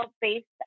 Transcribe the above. based